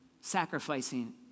sacrificing